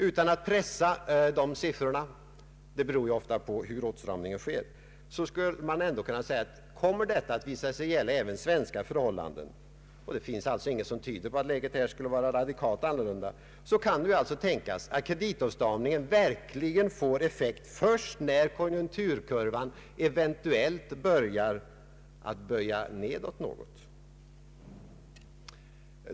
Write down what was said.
Utan att pressa dessa siffror, eftersom det ofta beror på hur åtstramningen sker, skulle man ändå kunna säga, att om detta kommer att gälla svenska förhållanden — och det finns ingenting som tyder på att läget där skulle vara radikalt annorlunda — kan det alltså tänkas att kreditåtstramningen får verklig effekt först när konjunkturkurvan eventuellt börjar böja nedåt.